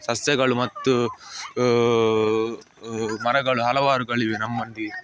ಸಸ್ಯಗಳು ಮತ್ತು ಮರಗಳು ಹಲವಾರುಗಳಿವೆ ನಮ್ಮೊಂದಿಗೆ